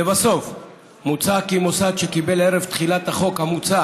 לבסוף מוצע כי מוסד שקיבל ערב תחילת החוק המוצע